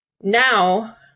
Now